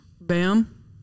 Bam